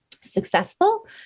successful